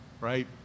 right